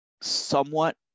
somewhat